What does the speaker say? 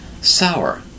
Sour